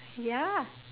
ya